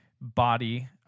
body